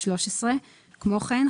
13. כמו כן,